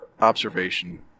observation